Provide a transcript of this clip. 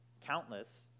countless